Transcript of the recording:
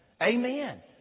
Amen